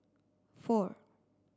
four